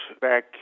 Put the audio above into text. back